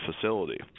facility